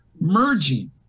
merging